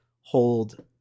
hold